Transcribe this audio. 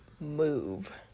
move